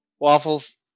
Waffles